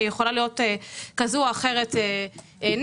יכולה להיות כזו או אחרת נגד.